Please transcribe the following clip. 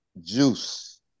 Juice